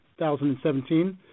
2017